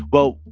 well,